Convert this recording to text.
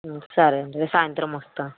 సరే అండి నేను సాయంత్రం వస్తాను